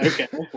Okay